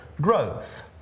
growth